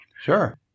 Sure